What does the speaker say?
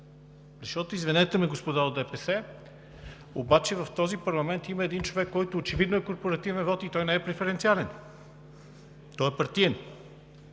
защото, извинете ме, господа от ДПС, но в този парламент има един човек, който очевидно има корпоративен вот и той не е преференциален, той е партиен.